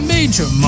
Major